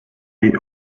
jej